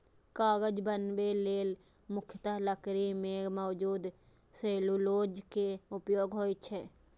कागज बनबै लेल मुख्यतः लकड़ी मे मौजूद सेलुलोज के उपयोग होइ छै